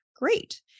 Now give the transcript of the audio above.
Great